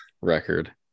record